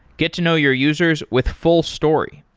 get to know your users with fullstory.